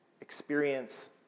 experience